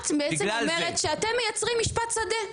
את בעצם אומרת שאתם מייצרים משפט שדה.